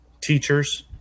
teachers